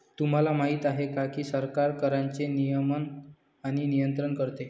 तुम्हाला माहिती आहे का की सरकार कराचे नियमन आणि नियंत्रण करते